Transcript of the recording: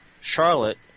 Charlotte